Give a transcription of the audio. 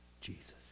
Jesus